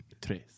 Tres